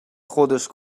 خودش